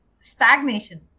stagnation